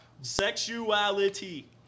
Sexuality